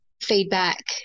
feedback